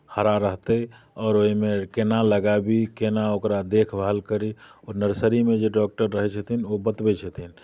हरा रहतै आओर ओहिमे केना लगाबी केना ओकरा देखभाल करी नर्सरीमे जे डॉक्टर रहैत छथिन ओ बतबैत छथिन